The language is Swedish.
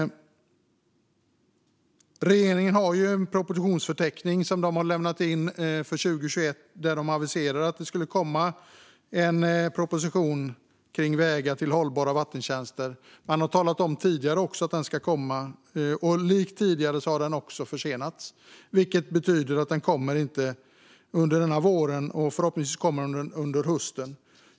Regeringen har ju lämnat in en propositionsförteckning för 2020/21 där man aviserat att det ska komma en proposition om vägar till hållbara vattentjänster. Man har även tidigare talat om att den ska komma, men likt tidigare har den försenats. Detta betyder att den inte kommer under denna vår, men förhoppningsvis kommer den under hösten.